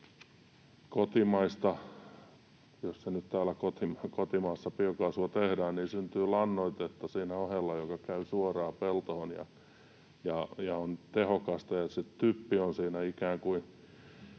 kotimaista — jos nyt täällä kotimaassa biokaasua tehdään — lannoitetta, joka käy suoraan peltoon ja on tehokasta. Se typpi on siinä ikään kuin